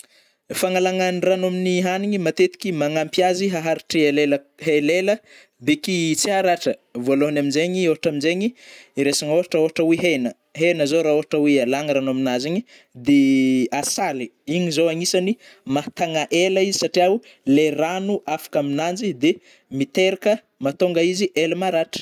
Fagnalagna ny rano amin'ny hanigny matetiky magnampy azy aharitry elaela-helaela, beky tsy haratra, vôlôhany aminjegny, ôhatra aminjegny iresagna ôhatra ôhatra oe hena, hena zao ra ôhatra oe alagna rano amignazy igny de asaly; igny zao agnisany mahatagna ela izy satria o, le rano afaka aminanjy de miteraka mahatonga izy ela maratra.